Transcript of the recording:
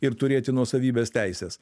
ir turėti nuosavybės teises